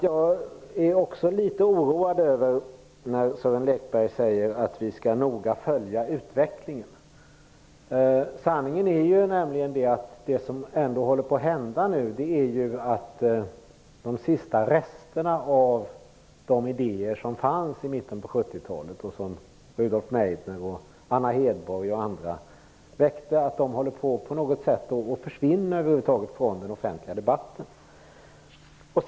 Jag blir litet oroad när Sören Lekberg säger att vi skall följa utvecklingen noga. Sanningen är att de sista resterna av de idéer som fanns i mitten på 1970-talet, som Rudolf Meidner, Anna Hedborg och andra väckte, nu håller på att försvinna från den offentliga debatten över huvud taget.